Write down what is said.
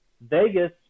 Vegas